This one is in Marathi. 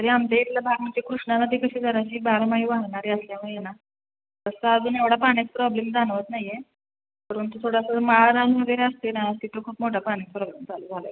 तरी आमच्या इथला भाग म्हणजे कृष्णा नदीपेक्षा जरा जी बारमाही वाहणारी असल्यामुळे आहे ना तसा अजून एवढा पाण्याचा प्रॉब्लेम जाणवत नाही आहे अजून तर थोडासा जर माळरानमध्ये काय असते ना तिथं खूप मोठा पाणी प्रॉब्लेम चालू झाला आहे